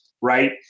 right